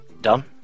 done